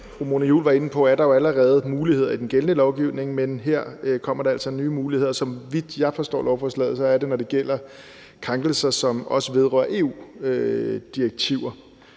på, er der allerede muligheder i den gældende lovgivning, men her kommer der altså nye muligheder. Så vidt jeg forstår lovforslaget, er det, når det gælder krænkelser, som også vedrører EU-direktiver,